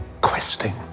questing